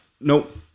Nope